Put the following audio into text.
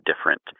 different